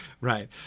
right